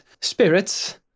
spirits